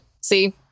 See